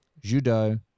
Judo